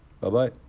Bye-bye